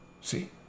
See